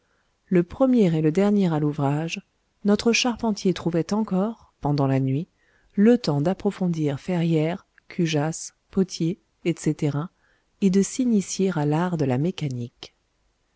le premier et le dernier à l'ouvrage notre charpentier trouvait encore pendant la nuit le temps d'approfondir ferrière cujas pothier etc et de s'initier à l'art de la mécanique